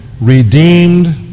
redeemed